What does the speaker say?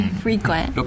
frequent